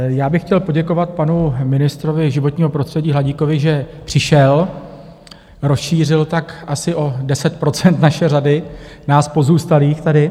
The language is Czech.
Já bych chtěl poděkovat panu ministrovi životního prostředí Hladíkovi, že přišel, rozšířil tak asi o 10 % naše řady, nás pozůstalých tady.